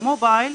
במובייל,